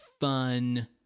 fun